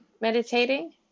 meditating